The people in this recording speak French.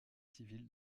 civil